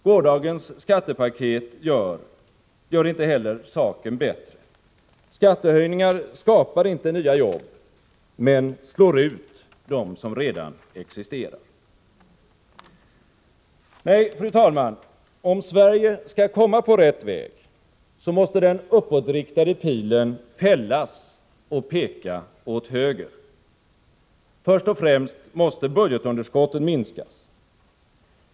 Gårdagens skattepaket gör inte heller saken bättre. Skattehöjningar skapar inte nya jobb, men slår ut dem som redan finns. Nej, fru talman, om Sverige skall komma på rätt väg måste den uppåtriktade pilen fällas och peka åt höger. Först och främst måste budgetunderskottet minskas.